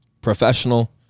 professional